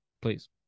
Please